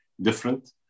different